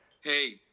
Hey